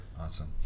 Awesome